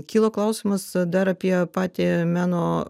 kilo klausimas dar apie patį meno